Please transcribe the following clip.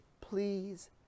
please